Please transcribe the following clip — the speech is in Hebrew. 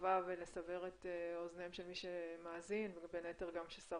רחבה ולסבר את אזניהם של מי שמאזין ובין היתר גם ששר